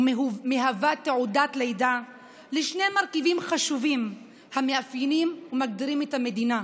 ומהווה תעודת לידה לשני מרכיבים חשובים המאפיינים ומגדירים את המדינה: